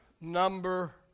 number